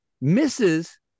misses